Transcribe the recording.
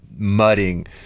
mudding